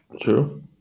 true